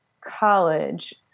college